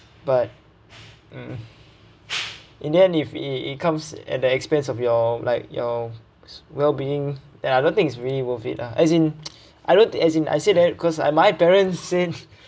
but mm in the end if it it comes at the expense of your like your well-being ya I don't think it's really worth it ah as in I don't as in I say that because my parents since